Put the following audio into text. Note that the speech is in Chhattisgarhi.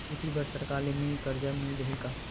खेती बर सरकार ले मिल कर्जा मिल जाहि का?